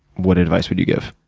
what advice would you give?